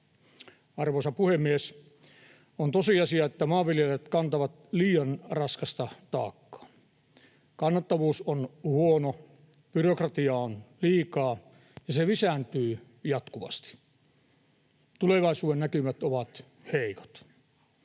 Arvoisa puhemies! On tosiasia, että maanviljelijät kantavat liian raskasta taakkaa. Kannattavuus on huono, byrokratiaa on liikaa, ja se lisääntyy jatkuvasti. Tulevaisuudennäkymät ovat heikot.